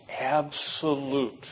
absolute